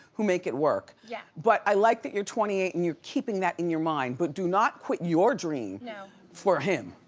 who make it work. yeah but i like that you're twenty eight and you're keeping that in your mind. but do not quit your dream you know for him,